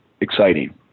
exciting